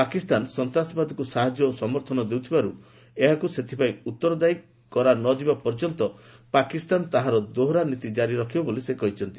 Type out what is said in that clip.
ପାକିସ୍ତାନ ସନ୍ତାସବାଦକୁ ସାହାଯ୍ୟ ଓ ସମର୍ଥନ ଦେଉଥିବାରୁ ଏହାକୁ ସେଥିପାଇଁ ଉତ୍ତରଦାୟୀ କରାନଯିବା ପର୍ଯ୍ୟନ୍ତ ପାକିସ୍ତାନ ତାହାର ଦୋହରାନୀତି କାରି ରଖିବ ବୋଲି ସେ କହିଛନ୍ତି